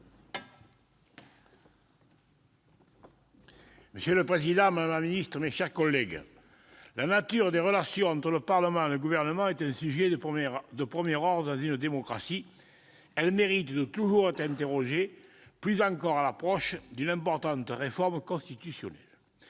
Monsieur le président, madame la garde des sceaux, mes chers collègues, la nature des relations entre le Parlement et le Gouvernement est un sujet de premier ordre dans une démocratie : elle mérite que l'on s'interroge plus encore à l'approche d'une importante réforme constitutionnelle.